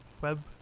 web